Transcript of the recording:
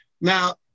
Now